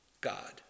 God